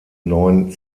neun